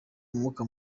umwuka